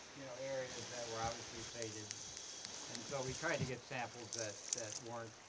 you know, areas that were obviously faded and so we tried to get samples that that weren't